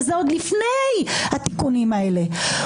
וזה עוד לפני התיקונים האלה.